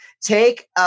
take